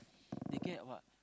they get what